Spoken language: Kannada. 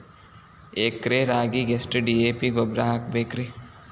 ಎಕರೆ ರಾಗಿಗೆ ಎಷ್ಟು ಡಿ.ಎ.ಪಿ ಗೊಬ್ರಾ ಹಾಕಬೇಕ್ರಿ?